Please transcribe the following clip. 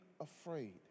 afraid